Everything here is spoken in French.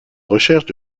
recherches